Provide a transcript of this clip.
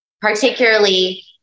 particularly